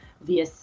via